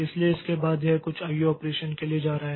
इसलिए इसके बाद यह कुछ आईओ ऑपरेशन के लिए जा रहा है